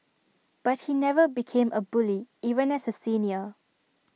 but he never became A bully even as A senior